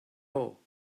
all